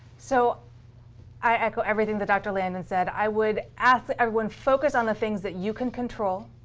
so i echo everything that dr. landon said. i would ask that everyone focus on the things that you can control.